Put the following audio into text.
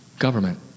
government